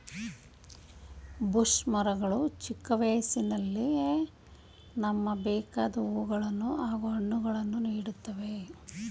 bush ಮರಗಳು ಚಿಕ್ಕ ವಯಸ್ಸಿನಲ್ಲಿಯೇ ನಮ್ಗೆ ಬೇಕಾದ್ ಹೂವುಗಳನ್ನು ಹಾಗೂ ಹಣ್ಣುಗಳನ್ನು ನೀಡ್ತವೆ